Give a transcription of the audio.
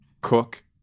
cook